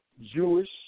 Jewish